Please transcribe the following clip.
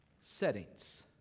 settings